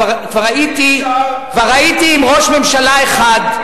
כבר הייתי עם ראש ממשלה אחד,